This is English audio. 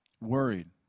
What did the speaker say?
Worried